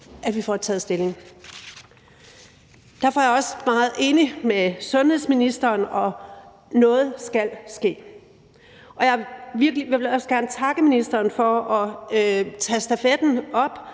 at vi får taget stilling. Derfor er jeg også meget enig med sundhedsministeren i, at noget skal ske. Jeg vil også gerne takke ministeren for at tage stafetten op